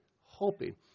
hoping